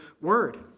word